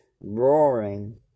roaring